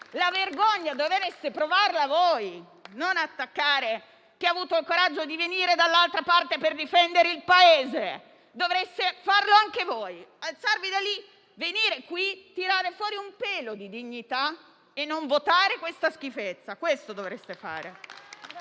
voi vergogna e non attaccare chi ha avuto il coraggio di venire dall'altra parte per difendere il Paese. Dovreste farlo anche voi; alzarvi da lì, venire qui, tirare fuori un pelo di dignità e non votare questa schifezza. Questo dovreste fare.